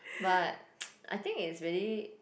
but I think is really